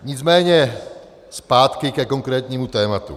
Nicméně zpátky ke konkrétnímu tématu.